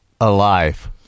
Alive